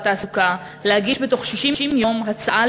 המסחר והתעסוקה להגיש בתוך 60 יום הצעה